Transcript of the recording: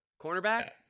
cornerback